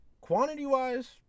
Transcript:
quantity-wise